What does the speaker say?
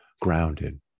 grounded